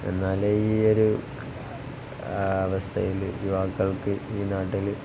എന്നാലേ ഈയൊരു അവസ്ഥയില് യുവാക്കൾക്ക് ഈ നാട്ടില്